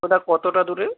ওটা কতটা দূরে